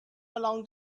along